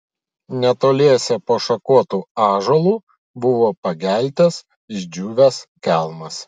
netoliese po šakotu ąžuolu buvo pageltęs išdžiūvęs kelmas